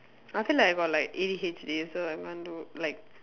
I feel like I got like A_D_H_D so I won't do like